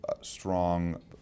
strong